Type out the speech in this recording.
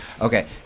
Okay